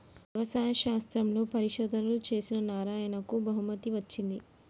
వ్యవసాయ శాస్త్రంలో పరిశోధనలు చేసిన నారాయణకు బహుమతి వచ్చింది